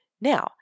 Now